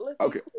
Okay